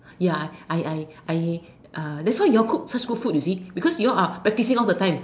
ya I I I I that's why you all cook such good food you see because you all are practicing all the time